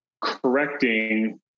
correcting